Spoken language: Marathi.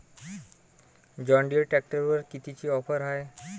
जॉनडीयर ट्रॅक्टरवर कितीची ऑफर हाये?